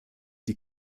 die